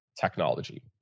technology